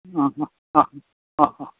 অঁ